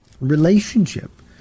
relationship